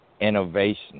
innovation